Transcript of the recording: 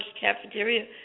Cafeteria